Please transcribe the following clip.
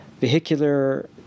vehicular